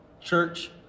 Church